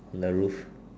on the roof